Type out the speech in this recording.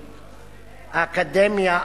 האקדמיה,